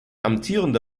amtierende